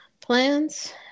plans